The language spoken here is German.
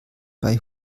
bei